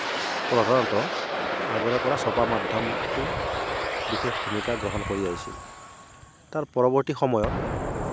প্ৰধানত আগৰে পৰা চপা মাধ্যমটোৱেই বিশেষ ভূমিকা গ্ৰহণ কৰি আহিছিল তাৰ পৰৱৰ্তী সময়ত